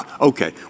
Okay